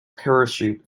parachute